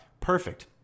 Perfect